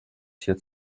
tier